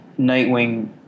Nightwing